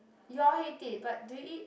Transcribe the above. you all hate it but do you eat